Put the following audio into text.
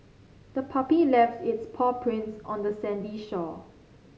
the puppy left its paw prints on the sandy shore